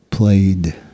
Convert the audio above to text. played